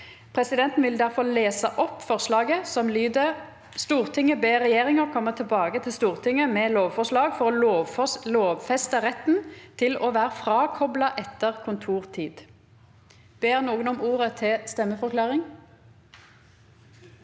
Presidenten vil difor lesa opp forslaget, som lyder: «Stortinget ber regjeringen komme tilbake til Stortinget med lovforslag for å lovfeste retten til å være frakoblet etter kontortid.» Ber nokon om ordet til røysteforklaring?